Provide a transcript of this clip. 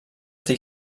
tej